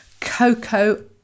cocoa